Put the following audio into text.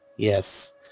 yes